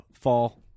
fall